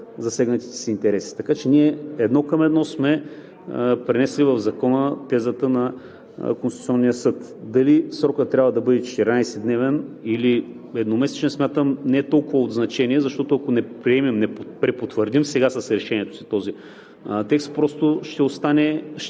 засегнатите си интереси. Така че ние едно към едно сме пренесли в Закона тезата на Конституционния съд. Дали срокът трябва да бъде 14-дневен или едномесечен, смятам, че не е толкова от значение, защото, ако не приемем, не препотвърдим сега с решението си този текст, просто ще остане